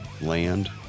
land